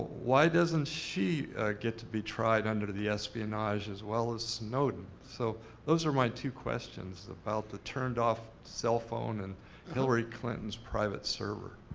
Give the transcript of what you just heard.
why doesn't she get to be tried under the espionage, as well as snowden? so, those are my two questions, about the turned off cell phone, and hillary clinton's private server.